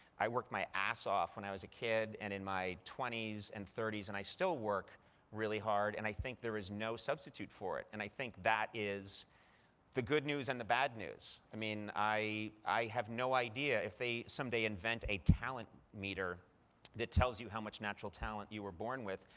i worked my ass off when i was a kid, and in my twenty s, and thirty s, and i still work really hard. and i think there is no substitute for it, and i think that is the good news and the bad news. i mean, i i have no idea if they someday invent a talent meter that tells you how much natural talent you were born with.